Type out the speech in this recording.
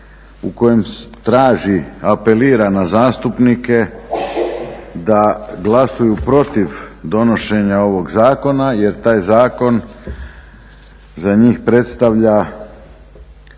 u kojem traži, apelira na zastupnike da glasuju protiv ovoga zakona jer taj zakon za njih predstavlja